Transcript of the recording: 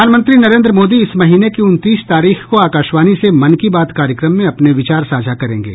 प्रधानमंत्री नरेन्द्र मोदी इस महीने की उनतीस तारीख को आकाशवाणी से मन की बात कार्यक्रम में अपने विचार साझा करेंगे